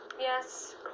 Yes